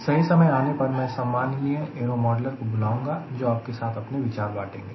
सही समय आने पर मैं सम्मानीय एरो मॉडलर को बुलाऊंगा जो आपके साथ अपने विचार बाटेंगे